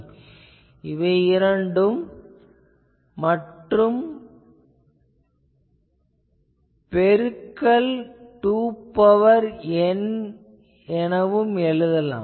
இப்போது இவை இரண்டு மற்றும் பெருக்கல் 2 பவர் N என எழுதலாம்